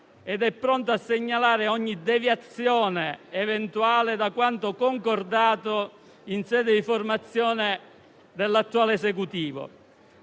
ed è pronto a segnalare ogni deviazione eventuale da quanto concordato in sede di formazione dell'attuale Esecutivo.